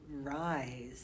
rise